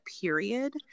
period